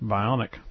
Bionic